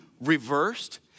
reversed